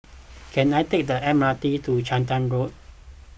can I take the M R T to Charlton Road